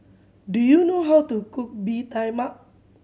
do you know how to cook Bee Tai Mak